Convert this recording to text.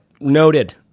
Noted